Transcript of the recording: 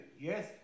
yes